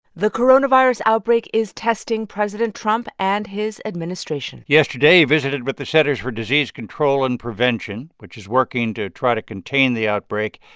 the coronavirus outbreak is testing president trump and his administration yesterday, he visited with the centers for disease control and prevention, which is working to try to contain the outbreak.